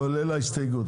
כולל ההסתייגות.